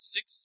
Six